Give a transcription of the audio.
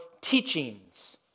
teachings